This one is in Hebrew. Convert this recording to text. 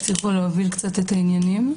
הם הצליחו להוביל קצת את העניינים.